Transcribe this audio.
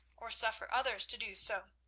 or suffer others to do so,